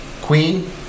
Queen